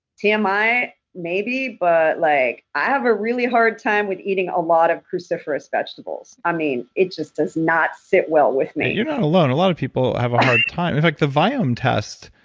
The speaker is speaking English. tmi, um maybe, but like i have a really hard time with eating a lot of cruciferous vegetables. i mean, it just does not sit well with me you're not alone. a lot of people have a hard time. in fact the viome test,